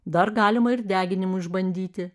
dar galima ir deginimu išbandyti